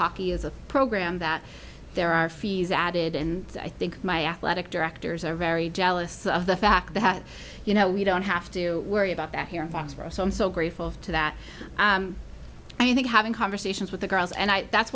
hockey is a program that there are fees added and i think my athletic directors are very jealous of the fact that you know we don't have to worry about that here so i'm so grateful to that i think having conversations with the girls and i that's